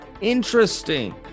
interesting